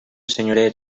senyoret